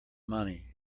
money